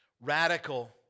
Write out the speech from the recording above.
Radical